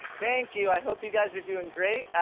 thank you. i hope you guys are doing great,